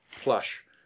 plush